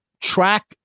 Track